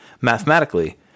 Mathematically